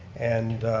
and